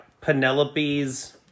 Penelope's